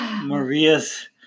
Maria's